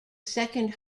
second